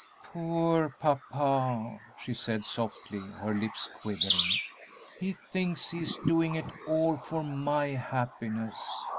poor papa! she said, softly her lips quivering he thinks he is doing it all for my happiness,